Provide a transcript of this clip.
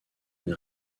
une